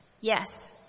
Yes